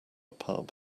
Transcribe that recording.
pub